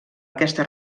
aquesta